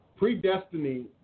Predestiny